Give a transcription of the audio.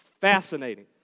fascinating